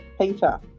Peter